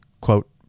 quote